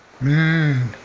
Man